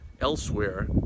elsewhere